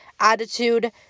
attitude